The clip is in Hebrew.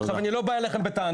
אני לא בא אליכם בטענות.